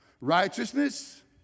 Righteousness